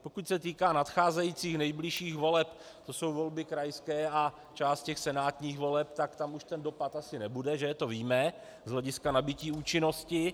Pokud se týká nadcházejících nejbližších voleb, to jsou volby krajské a část těch senátních voleb, tak tam už ten dopad asi nebude, to víme, z hlediska nabytí účinnosti.